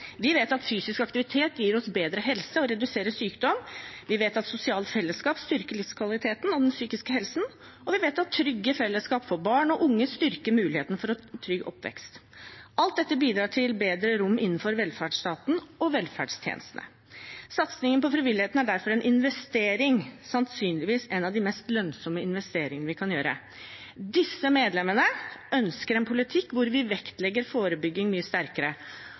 Vi vet at fysisk aktivitet gir oss bedre helse og reduserer sykdom, vi vet at sosiale fellesskap styrker livskvaliteten og den psykiske helsen, og vi vet at trygge fellesskap for barn og unge styrker muligheten for en trygg oppvekst. Alt dette bidrar til bedre rom innenfor velferdsstaten og velferdstjenestene. Satsing på frivilligheten er derfor en investering, sannsynligvis en av de mest lønnsomme investeringene vi kan gjøre. Disse medlemmer ønsker en politikk hvor vi vektlegger forebygging mye sterkere,